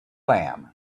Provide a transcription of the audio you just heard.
lamb